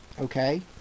Okay